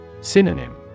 Synonym